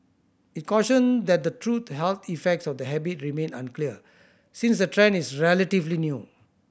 it cautioned that the true health effects of the habit remain unclear since the trend is relatively new